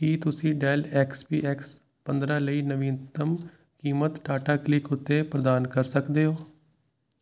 ਕੀ ਤੁਸੀਂ Dell X P X ਪੰਦਰ੍ਹਾਂ ਲਈ ਨਵੀਨਤਮ ਕੀਮਤ ਟਾਟਾ ਕਲਿਕ ਉੱਤੇ ਪ੍ਰਦਾਨ ਕਰ ਸਕਦੇ ਹੋ